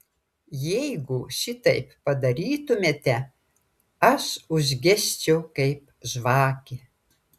jeigu šitaip padarytumėte aš užgesčiau kaip žvakė